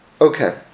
Okay